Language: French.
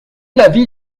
l’avis